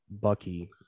Bucky